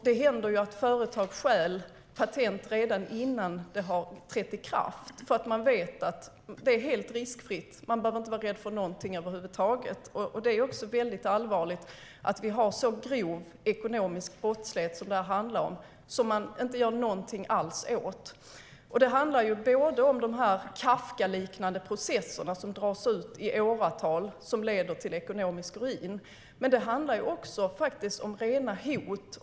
Det händer att företag stjäl patent redan innan de har trätt i kraft, eftersom de vet att det är helt riskfritt. De behöver inte vara rädda för något över huvud taget. Det är väldigt allvarligt att vi här har så grov ekonomisk brottslighet som man inte gör något alls åt. Det handlar om de Kafkaliknande processer som dras ut i åratal och som leder till ekonomisk ruin, men det handlar faktiskt också om rena hot.